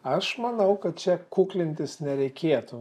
aš manau kad čia kuklintis nereikėtų